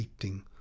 hating